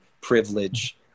privilege